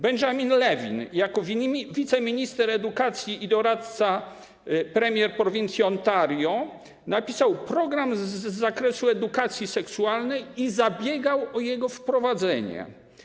Benjamin Levin jako wiceminister edukacji i doradca premier prowincji Ontario napisał program z zakresu edukacji seksualnej i zabiegał o jego wprowadzenie.